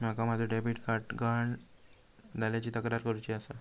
माका माझो debit card गहाळ झाल्याची तक्रार करुची आसा